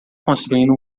construindo